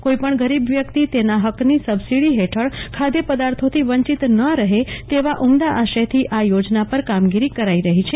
કોઈપણ ગરીબ વ્યક્તિ તેના હક્કની સબસિડી હેઠળ ખાદ્યપદાર્થોથી વંચિત ન રહે તેવા ઉમદા આશયથી આ યોજના પર કામગીરી કરાઈ રહી છે